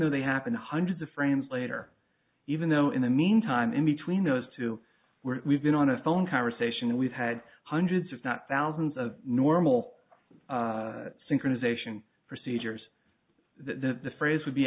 though they happen hundreds of frames later even though in the meantime in between those two where we've been on a phone conversation and we've had hundreds if not thousands of normal synchronization procedures that the phrase would be